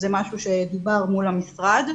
זה משהו שדובר מול המשרד.